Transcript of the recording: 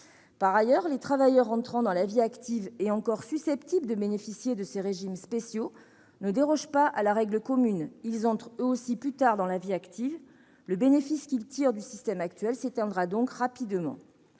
Par ailleurs, les travailleurs entrant dans la vie active et encore susceptibles de bénéficier de ces régimes spéciaux ne dérogent pas à la règle commune. Ils entrent eux aussi plus tard dans la vie active : le bénéfice qu'ils tirent du système actuel s'éteindra donc rapidement.